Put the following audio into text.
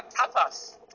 Tapas